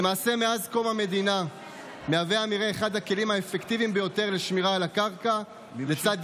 של חבר הכנסת אוהד טל.